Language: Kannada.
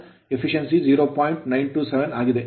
927 ಆಗಿದೆ